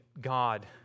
God